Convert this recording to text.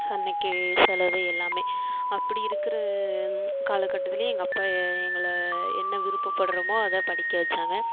அன்னக்கு செலவு எல்லாமே அப்படி இருக்கிற காலகட்டத்துல எங்கள் அப்போ எங்களை என்ன விருப்ப படுறோமோ அதை படிக்க வச்சாங்க